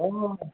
অঁ